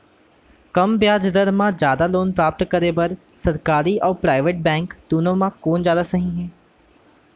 कम ब्याज दर मा जादा लोन प्राप्त करे बर, सरकारी अऊ प्राइवेट बैंक दुनो मा कोन जादा सही हे?